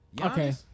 Okay